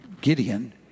Gideon